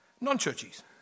non-churchies